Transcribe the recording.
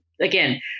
again